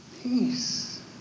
Peace